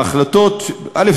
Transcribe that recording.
ההחלטות, א.